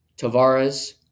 Tavares